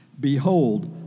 Behold